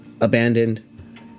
abandoned